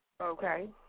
Okay